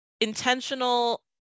intentional